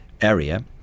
area